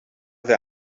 wer